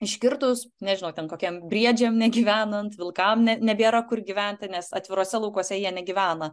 iškirtus nežinau ten kokiem briedžiam negyvenant vilkam ne nebėra kur gyventi nes atviruose laukuose jie negyvena